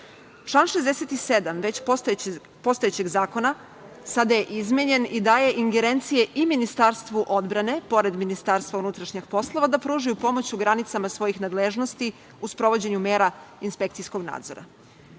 67. već postojećeg zakona sada je izmenjen i daje ingerencije i Ministarstvu odbrane, pored Ministarstva unutrašnjih poslova, da pružaju pomoć u granicama svojih nadležnosti u sprovođenju mera inspekcijskog nadzora. Iako